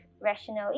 rationally